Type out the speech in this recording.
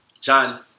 John